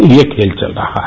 तो ये खेल चल रहा है